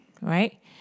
right